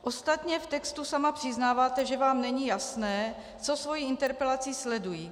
Ostatně v textu sama přiznáváte, že vám není jasné, co svou interpelací sleduji.